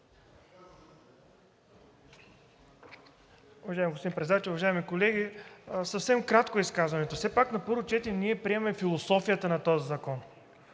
Уважаеми господин Председател, уважаеми колеги! Съвсем кратко изказване. Все пак на първо четене ние приемаме философията на този закон,